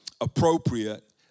appropriate